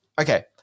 okay